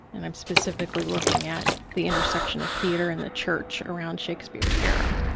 and i'm specifically looking at the intersection of theater and the church around shakespeare's era.